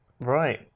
Right